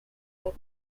that